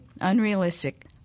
Unrealistic